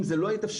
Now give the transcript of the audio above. אם זה לא יתאפשר,